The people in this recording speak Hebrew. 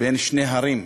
בין שני הרים,